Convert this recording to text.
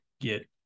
get